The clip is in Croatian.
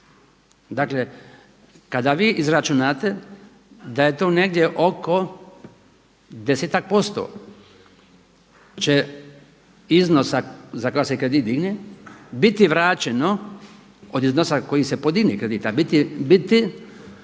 Dakle kada vi izračunate da je to negdje oko desetak posto će iznosa za koji se kredit digne biti vraćeno od iznosa koji se podigne krediti biti